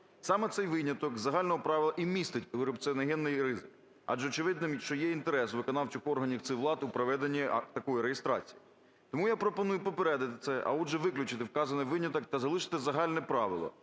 Саме цей виняток з загального правила і містить корупціогенний ризик, адже очевидно, що є інтерес у виконавчих органів цих рад у проведенні такої реєстрації. Тому я пропоную попередити це, а отже, виключити вказаний виняток та залишити загальне правило.